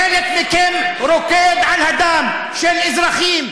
חלק מכם רוקד על הדם של אזרחים,